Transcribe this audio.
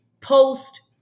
post